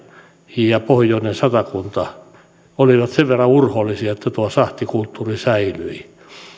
ja pohjoinen satakunta olivat sen verran urhoollisia että tuo sahtikulttuuri säilyi